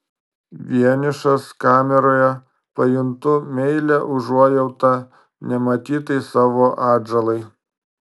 vienišas kameroje pajuntu meilią užuojautą nematytai savo atžalai